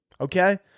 okay